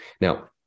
Now